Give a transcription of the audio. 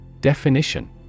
Definition